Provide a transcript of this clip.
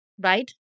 right